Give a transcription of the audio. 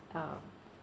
uh